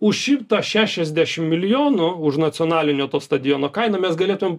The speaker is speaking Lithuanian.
už šimtą šešiasdešimt milijonų už nacionalinio stadiono kainą mes galėtumėm